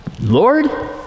Lord